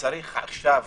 שצריך עכשיו